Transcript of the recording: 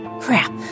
Crap